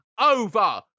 over